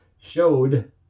showed